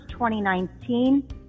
2019